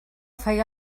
feia